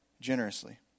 generously